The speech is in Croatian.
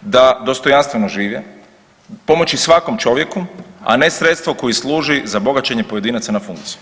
da dostojanstveno žive, pomoći svakom čovjeku, a ne sredstvo koje služi za bogaćenje pojedinaca na funkciju.